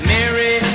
Mary